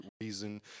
reason